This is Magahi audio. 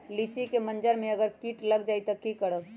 लिचि क मजर म अगर किट लग जाई त की करब?